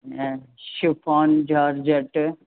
chiffon georgette